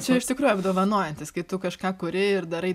čia iš tikrųjų apdovanojantis kai tu kažką kuri ir darai